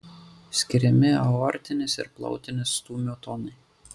skiriami aortinis ir plautinis stūmio tonai